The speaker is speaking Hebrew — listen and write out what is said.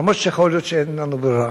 אף שיכול להיות שאין לנו ברירה,